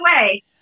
away